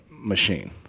Machine